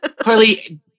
Carly